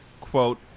Quote